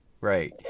Right